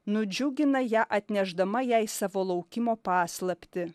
nudžiugina ją atnešdama jai savo laukimo paslaptį